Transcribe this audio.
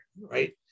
right